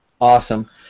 Awesome